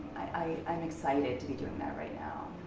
i'm excited to be doing that right now.